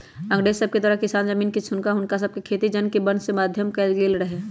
अंग्रेज सभके द्वारा किसान के जमीन छीन कऽ हुनका सभके खेतिके जन बने के बाध्य कएल गेल रहै